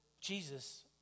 Jesus